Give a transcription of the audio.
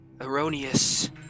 erroneous